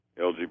LGBT